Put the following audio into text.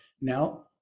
Now